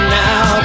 now